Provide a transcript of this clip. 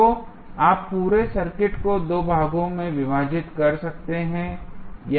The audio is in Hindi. तो आप पूरे सर्किट को 2 भागों में विभाजित कर सकते हैं